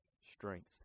strength